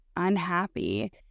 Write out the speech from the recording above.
unhappy